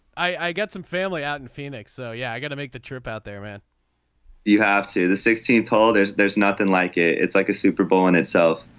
i got some family out in phoenix. so yeah i got to make the trip out there and you have to the sixteenth hole there. there's nothing like it. it's like a super bowl in itself.